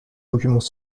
documents